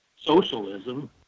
socialism